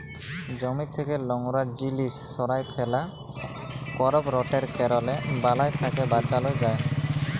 জমি থ্যাকে লংরা জিলিস সঁরায় ফেলা, করপ রটেট ক্যরলে বালাই থ্যাকে বাঁচালো যায়